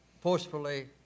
forcefully